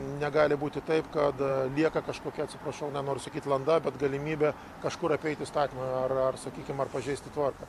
negali būti taip kad lieka kažkokia atsiprašau nenoriu sakyt landa bet galimybė kažkur apeit įstatymą ar ar sakykim ar pažeisti tvarką